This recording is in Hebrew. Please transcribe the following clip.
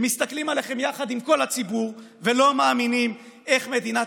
הם מסתכלים עליכם יחד עם כל הציבור ולא מאמינים איך מדינת